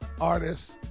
artists